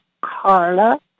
Carla